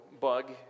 bug